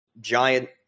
giant